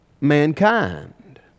mankind